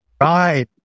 Right